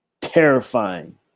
Terrifying